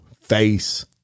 face